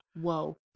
Whoa